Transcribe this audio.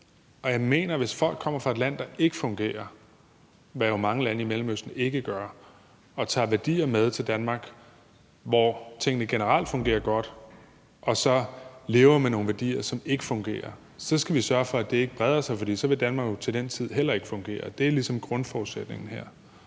Jeg mener, at hvis folk kommer fra et land, der ikke fungerer, hvad mange lande i Mellemøsten jo ikke gør, og tager værdier med til Danmark, hvor tingene generelt fungerer godt, og så lever med nogle værdier, som ikke fungerer, så skal vi sørge for, at det ikke breder sig, for ellers vil Danmark jo til den tid heller ikke fungere. Det er ligesom grundforudsætningen her.